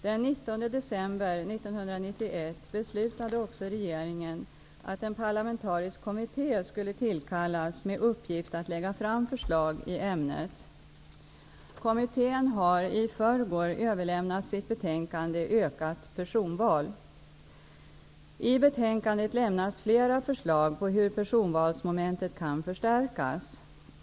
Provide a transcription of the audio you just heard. Den 19 december 1991 beslutade också regeringen att en parlamentarisk kommitté skulle tillkallas med uppgift att lägga fram förslag i ämnet. Kommittén har i förrgår överlämnat sitt betänkande Ökat personval. I betänkandet lämnas flera förslag på hur personvalsmomentet kan förstärkas.